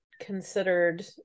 considered